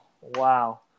Wow